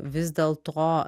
vis dėl to